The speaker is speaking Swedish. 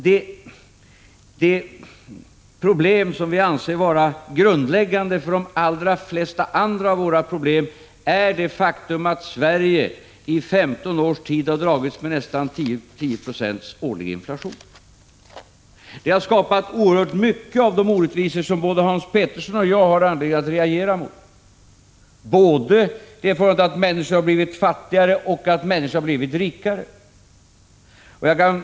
Men det som vi anser vara grundläggande för de allra flesta andra av våra problem är det faktum att Sverige i 15 års tid har dragits med nästan 10 26 årlig inflation. Det har skapat oerhört mycket av de orättvisor som både Hans Petersson och jag har anledning att reagera mot, både att människor har blivit fattigare och att människor har blivit rikare.